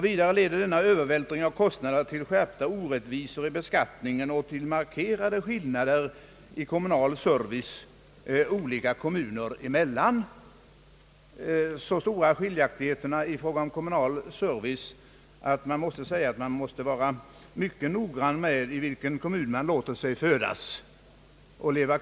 Vidare leder denna övervältring av kostnaderna till skärpta orättvisor i beskattningen och till markerade skillnader i kommunal service olika kommuner emellan — så stora skiljaktigheter i fråga om kommunal service att man måste vara mycket noggrann med i vilken kommun man låter sig födas och leva.